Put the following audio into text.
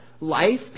life